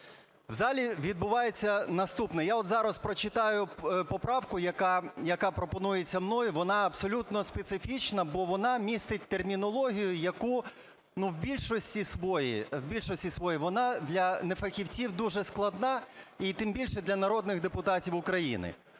У залі відбувається наступне. Я от зараз прочитаю поправку, яка пропонується мною. Вона абсолютно специфічна, бо вона містить термінологію, яка в більшості своїй вона для нефахівців дуже складна і тим більше для народних депутатів України.